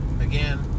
again